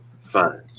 fine